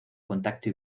contacto